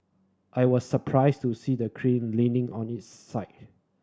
I was surprised to see the crane leaning on its side